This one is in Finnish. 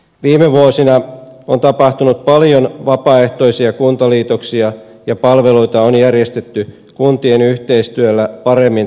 viime vuosina on tapahtunut paljon vapaaehtoisia kuntaliitoksia ja palveluita on järjestetty kuntien yhteistyöllä paremmin toimiviksi